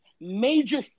major